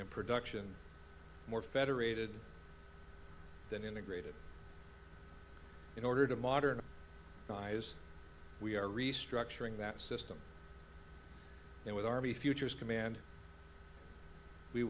and production more federated than integrated in order to modernise guys we are restructuring that system and with army futures command we